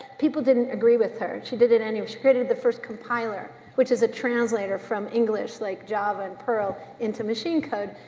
people didn't agree with her. she did it anyway, she created the first compiler, which is a translator from english, like java and perl into machine code.